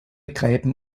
gräben